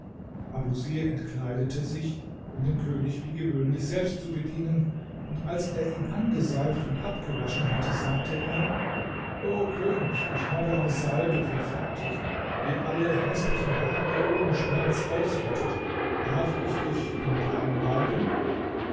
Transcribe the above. abusir entkleidete sich um den könig wie gewöhnlich selbst zu bedienen und als er ihn angeseift und abgewaschen hatte sagte er o könig ich habe eine salbe verfertigt die alle häßlichen haare ohne schmerz ausrottet darf ich dich damit einreiben